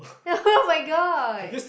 oh-my-god